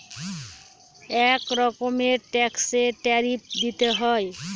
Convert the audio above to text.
এক রকমের ট্যাক্সে ট্যারিফ দিতে হয়